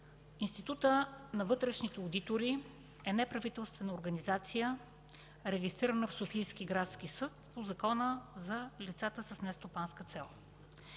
Институтът на вътрешните одитори е неправителствена организация, регистрирана в Софийски градски съд по Закона за лицата с нестопанска цел.